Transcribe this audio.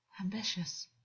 Ambitious